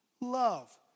love